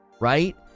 right